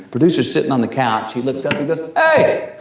producer's sitting on the couch he looks up and goes,